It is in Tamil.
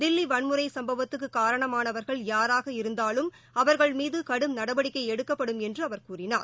தில்லிவன்முறைசம்பவத்துக்குகாரணமானவர்கள் யாராக இருந்தாலும் அவர்கள் மீதுகடும் நடவடிக்கைஎடுக்கப்படும் என்றுஅவர் கூறினார்